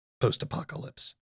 post-apocalypse